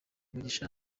mugisha